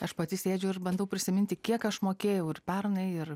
aš pati sėdžiu ir bandau prisiminti kiek aš mokėjau ir pernai ir